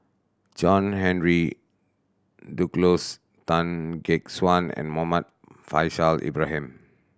John Henry Duclos Tan Gek Suan and Muhammad Faishal Ibrahim